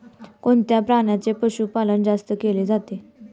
कोणत्या प्राण्याचे पशुपालन जास्त केले जाते?